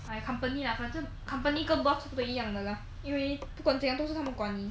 company lah 反正 company 跟 boss 都是一样的 lah 因为不管怎样都是他们管你